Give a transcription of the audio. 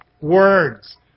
words